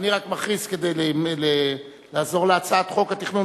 יש מתנגד אחד.